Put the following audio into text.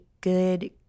good